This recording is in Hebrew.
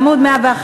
בעיוור,